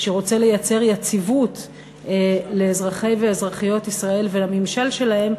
שרוצה לייצר יציבות לאזרחי ואזרחיות ישראל ולממשל שלהם,